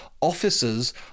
officers